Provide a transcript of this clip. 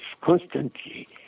constantly